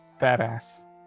badass